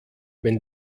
wenn